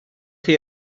chi